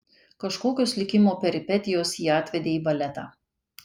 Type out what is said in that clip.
kažkokios likimo peripetijos jį atvedė į baletą